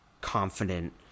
confident